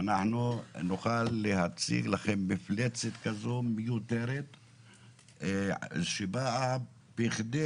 ואנחנו נוכל להציג לכם מפלצת מיותרת שבאה כדי